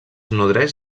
nodreix